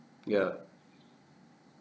ya